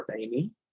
Amy